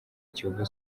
kiyovu